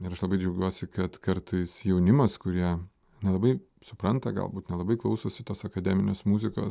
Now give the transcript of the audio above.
ir aš labai džiaugiuosi kad kartais jaunimas kurie nelabai supranta galbūt nelabai klausosi tos akademinės muzikos